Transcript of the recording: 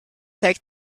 take